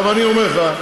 ואני גם מזכיר לך,